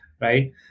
right